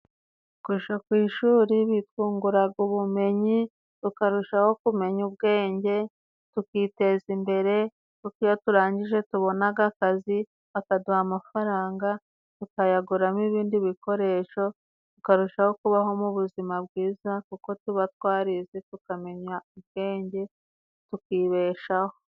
Kuja ku ishuri bitwunguraga ubumenyi tukarushaho kumenya ubwenge tukiteza imbere, kuko iyo turangije tubonaga akazi bakaduha amafaranga tukayaguramo ibindi bikoresho tukarushaho kubaho mu buzima bwiza ,kuko tuba twarize tukamenya ubwenge tukibeshaho.